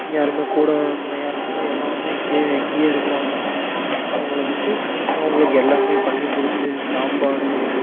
யாருமே கூட கூட யாருமே இல்லை எல்லாருமே இங்கே இங்கே இருக்கிறவங்க தான் அவங்கள வச்சு அவங்களுக்கு எல்லாமே பண்ணி கொடுத்து சாப்பாடு